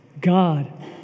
God